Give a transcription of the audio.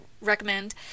recommend